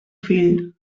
fill